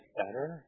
better